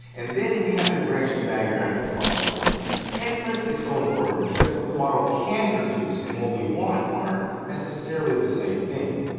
and then we have a branching diagram of possibilities. inference is so important because what the model can produce and what we want aren't necessarily the same thing.